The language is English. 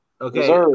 Okay